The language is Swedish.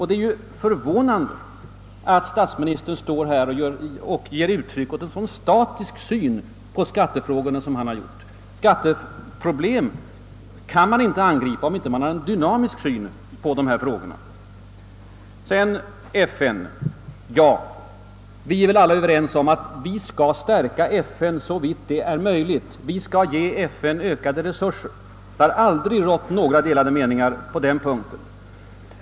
Det är förvånande att statsministern ger uttryck för en så statisk syn som han här gjort. Skatteproblemen kan man inte angripa, om man inte har en dynamisk syn på samhällsutvecklingen, Vad FN beträffar är vi väl alla över ens om att FN skall stärkas så långt detta är möjligt och ges ökade resurser. Det har aldrig rått några delade meningar på den punkten.